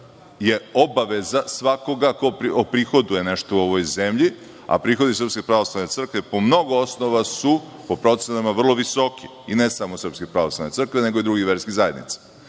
je obaveza svakoga ko prihoduje nešto u ovoj zemlji, a prihodi Srpske pravoslavne crkve po mnogo osnova su, po procenama, vrlo visoki i ne samo srpske pravoslavne crkve, nego i drugih verskih zajednica. Tako